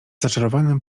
zaczarowanym